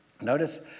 Notice